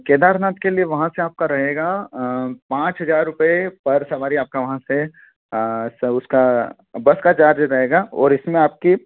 केदारनाथ के लिए वहाँ से आपका रहेगा पाँच हज़ार रुपये पर सवारी आपका वहाँ से स उसका बस का चार्ज रहेगा और इसमें आपकी